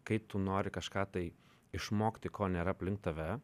kai tu nori kažką tai išmokti ko nėra aplink tave